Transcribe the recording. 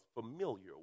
familiar